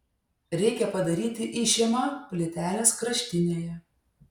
reikia padaryti išėmą plytelės kraštinėje